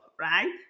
right